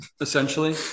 essentially